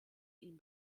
ihm